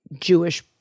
Jewish